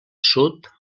sud